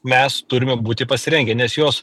mes turime būti pasirengę nes jos